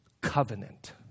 covenant